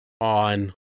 on